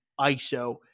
ISO